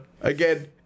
again